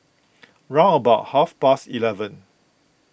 round about half past eleven